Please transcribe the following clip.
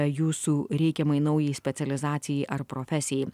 jūsų reikiamai naujai specializacijai ar profesijai